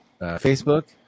Facebook